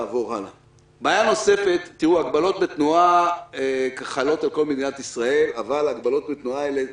בעיה נוספת: הגבלות בתנועה חלות על כל מדינת ישראל אבל המשטרה